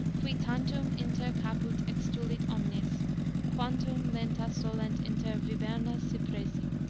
qui tantum inter caput extulit omnes quantum lenta solent inter viberna cypressi.